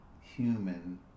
human